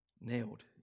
Nailed